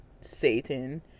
Satan